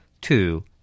two